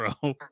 bro